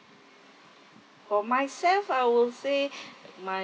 for myself I will say my